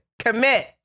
Commit